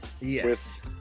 yes